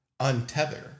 Untether